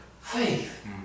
faith